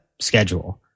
schedule